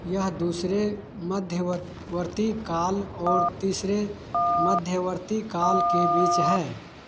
यह दूसरे मध्यवर्ती काल और तीसरे मध्यवर्ती काल के बीच है